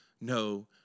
no